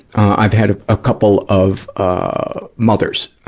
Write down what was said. i've had a, a couple of, ah, mothers, ah,